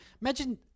Imagine